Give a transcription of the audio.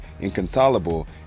inconsolable